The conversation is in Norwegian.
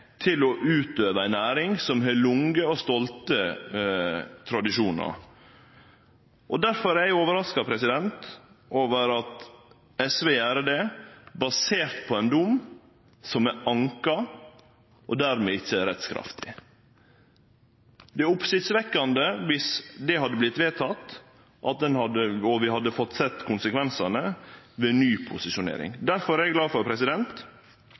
til å utøve ei næring som har lange og stolte tradisjonar. Difor er eg overraska over at SV gjer det, basert på ein dom som er anka, og dermed ikkje rettskraftig. Det hadde vore oppsiktsvekkjande viss det hadde vorte vedteke, og vi hadde fått sett konsekvensane ved ny posisjonering. Difor er eg glad for